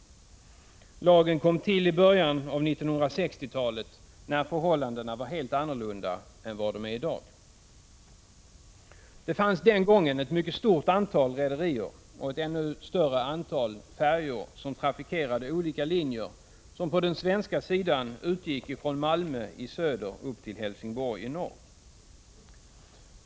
Lagen kom till i början av 1960-talet när förhållandena var helt annorlunda än vad de är i dag. Det fanns den gången ett mycket stort antal rederier — och ett ännu större antal färjor — som trafikerade olika linjer, som på den svenska sidan utgick ifrån Malmö i söder upp till Helsingborg i norr.